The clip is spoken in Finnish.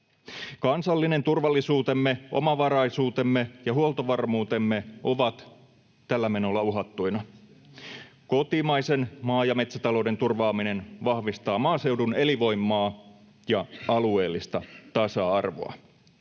Kansallinen turvallisuutemme, omavaraisuutemme ja huoltovarmuutemme ovat tällä menolla uhattuina. Kotimaisen maa- ja metsätalouden turvaaminen vahvistaa maaseudun elinvoimaa ja alueellista tasa-arvoa.